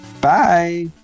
Bye